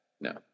no